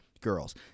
girls